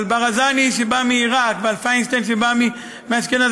על ברזני שבא מעיראק ועל פיינשטיין שבא מאשכנז,